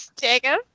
Jacob